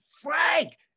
Frank